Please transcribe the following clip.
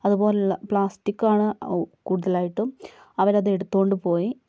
അതുപോലൊള്ള പ്ലാസ്റ്റിക്കാണ് കൂടുതലായിട്ടും അവരത് എടുത്തോണ്ടുപ്പോയി